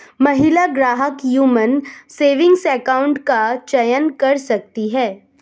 महिला ग्राहक woman saving account का चयन कर सकती है